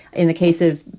in the case of,